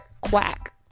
Quack